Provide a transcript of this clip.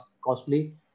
costly